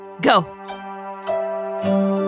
Go